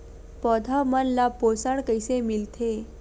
पौधा मन ला पोषण कइसे मिलथे?